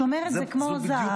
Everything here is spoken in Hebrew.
הוא שומר את זה כמו זהב